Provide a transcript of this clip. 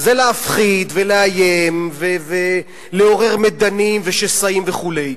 להפחיד ולאיים ולעורר מדנים ושסעים וכו',